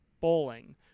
bowling